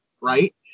right